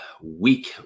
week